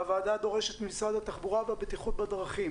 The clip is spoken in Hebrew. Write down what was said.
הוועדה דורשת ממשרד התחבורה והבטיחות בדרכים